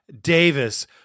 Davis